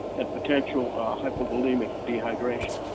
and potential hypovolemic dehydration.